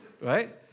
Right